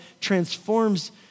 transforms